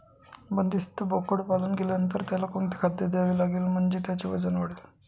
बंदिस्त बोकडपालन केल्यानंतर त्याला कोणते खाद्य द्यावे लागेल म्हणजे त्याचे वजन वाढेल?